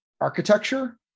architecture